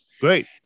Great